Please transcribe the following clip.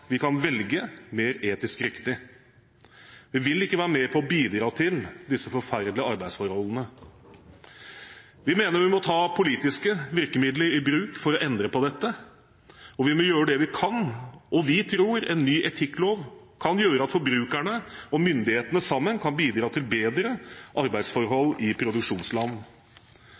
de kan velge mer etisk riktig. De vil ikke være med på å bidra til disse forferdelige arbeidsforholdene. Vi mener vi må ta politiske virkemidler i bruk for å endre på dette. Vi må gjøre det vi kan, og vi tror at en ny etikklov kan gjøre at forbrukerne og myndighetene sammen kan bidra til bedre arbeidsforhold i produksjonsland.